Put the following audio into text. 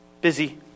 Busy